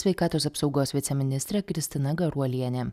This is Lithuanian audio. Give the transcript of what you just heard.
sveikatos apsaugos viceministrė kristina garuolienė